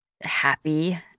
happy